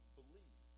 believe